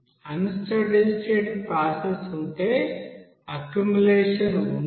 అన్ steady state process ఉంటే accumulation ఉండదు